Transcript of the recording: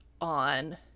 on